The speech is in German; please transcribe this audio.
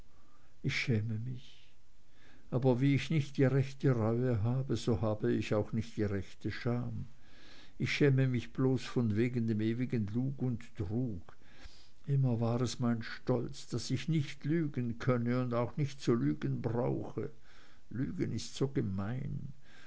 ich schäme mich aber wie ich nicht die rechte reue habe so hab ich auch nicht die rechte scham ich schäme mich bloß von wegen dem ewigen lug und trug immer war es mein stolz daß ich nicht lügen könne und auch nicht zu lügen brauche lügen ist so gemein